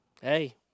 hey